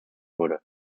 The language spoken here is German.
wurde